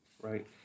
Right